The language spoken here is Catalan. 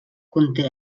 conté